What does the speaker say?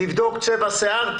תבדוק צבע השער,